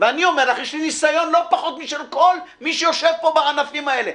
יש לי ניסיון לא פחות משל כל מי שיושב פה בענפים האלה,